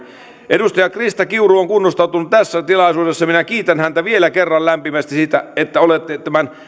edustaja krista kiuru on kunnostautunut tässä tilaisuudessa minä kiitän häntä vielä kerran lämpimästi siitä että olette tämän